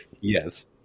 Yes